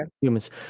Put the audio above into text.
humans